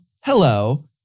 hello